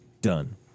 done